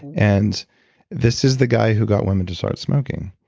and this is the guy who got women to start smoking.